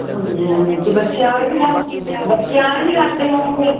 ਹਾਂਜੀ ਹਾਂਜੀ ਤੇ ਬੱਚਿਆਂ ਆਲੇ ਵੀ ਰੱਖ ਬੱਚਿਆਂ ਆਲੇ ਵੀ ਰੱਖਦੇ ਹੋਉਗੇ